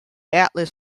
atlas